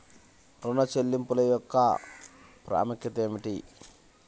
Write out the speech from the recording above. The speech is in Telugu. ఋణ చెల్లింపుల యొక్క ప్రాముఖ్యత ఏమిటీ?